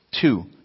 two